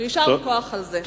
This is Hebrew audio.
ויישר כוח על זה.